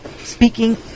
Speaking